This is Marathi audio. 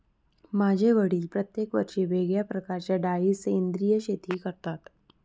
माझे वडील प्रत्येक वर्षी वेगळ्या प्रकारच्या डाळी सेंद्रिय शेती करतात